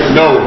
no